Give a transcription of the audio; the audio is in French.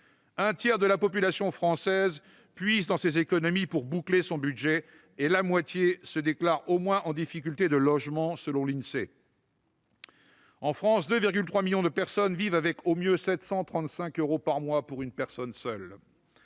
Un tiers de la population française puise dans ses économies pour boucler son budget et la moitié se déclare au moins en difficulté de logement, selon l'Insee. En France, 2,3 millions de personnes vivent avec au mieux 735 euros par mois pour une personne seule